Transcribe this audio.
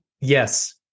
yes